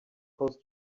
post